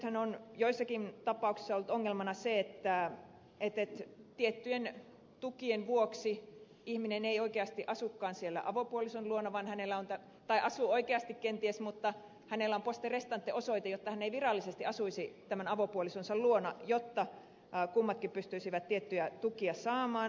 nythän on joissakin tapauksissa ollut ongelmana se että tiettyjen tukien vuoksi ihminen ei oikeasti asukaan siellä avopuolison luona tai asuu oikeasti kenties mutta hänellä on poste restante osoite jotta hän ei virallisesti asuisi tämän avopuolisonsa luona jotta kummatkin pystyisivät tiettyjä tukia saamaan